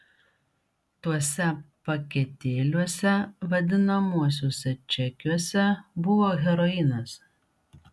tuose paketėliuose vadinamuosiuose čekiuose buvo heroinas